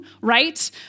right